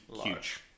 huge